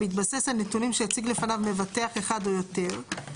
בהתבסס על נתונים שהציג לפני מבטח אחד או יותר,